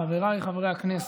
חבריי חברי הכנסת,